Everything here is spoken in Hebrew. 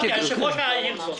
היושב-ראש היה הירשזון.